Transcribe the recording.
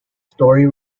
story